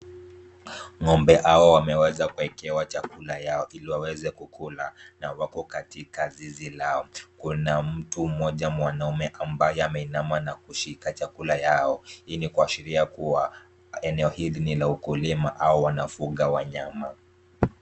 Ngombe hawa wameweza kuwekewa chakula yao ili waweze kukula na wako katika zizi lao. Kuna mtu mmoja mwanamume ambaye ameinama na kushika chakula yao. Hii ni kuashiria kuwa eneo hili ni la ukulima au wanafuga wanyama.